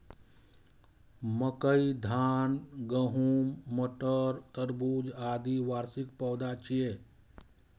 मकई, धान, गहूम, मटर, तरबूज, आदि वार्षिक पौधा छियै